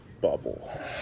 bubble